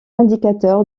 indicateur